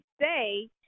say